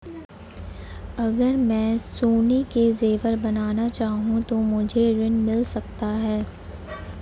अगर मैं सोने के ज़ेवर बनाना चाहूं तो मुझे ऋण मिल सकता है?